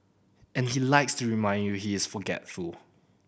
and he likes to remind you he is forgetful